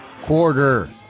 Quarter